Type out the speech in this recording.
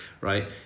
right